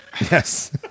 Yes